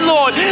Lord